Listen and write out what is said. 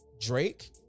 drake